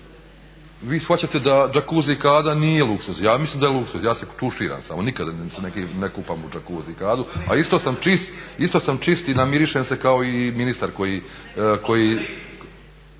Vi shvaćate da jacuzzi kada nije luksuz, ja mislim da je luksuz, ja se tuširam samo nikada se ne kupam u jacuzzi kadi a isto sam čist i namirišem se kao i ministar koji